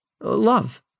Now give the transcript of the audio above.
love